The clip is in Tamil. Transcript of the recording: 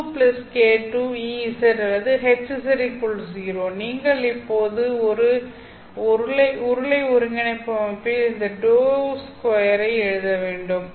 ∇2k2 Ez அல்லது Hz0 நீங்கள் இப்போது உருளை ஒருங்கிணைப்பு அமைப்பில் இந்த ∂2 ஐ எழுத வேண்டும்